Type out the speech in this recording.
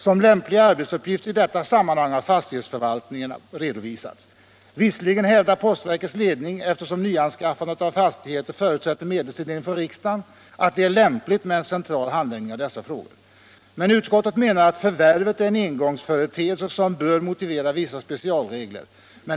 Som lämpliga arbetsuppgifter i detta sammanhang har fastighetsförvaltningen redovisats. Visserligen hävdar postverkets ledning — eftersom nyanskaffande av fastigheter förutsätter medelstilldelning från riksdagen — att det är lämpligt med en central handläggning av dessa frågor. Men utskottet menar att förvärvet är en engångsföreteelse som bör motivera vissa specialregler.